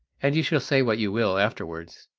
and you shall say what you will afterwards.